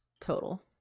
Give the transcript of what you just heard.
total